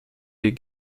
des